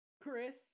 Chris